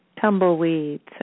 tumbleweeds